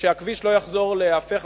ושהכביש לא יחזור וייהפך,